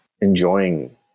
enjoying